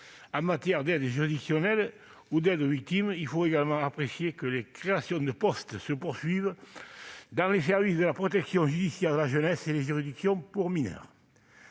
en matière d'aide juridictionnelle que d'aide aux victimes. Il faut également apprécier la poursuite des créations de postes dans les services de la protection judiciaire de la jeunesse et les juridictions pour mineurs.